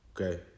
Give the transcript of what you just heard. okay